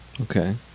okay